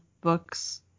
books